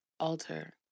alter